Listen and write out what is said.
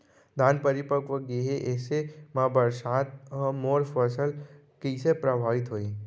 धान परिपक्व गेहे ऐसे म बरसात ह मोर फसल कइसे प्रभावित होही?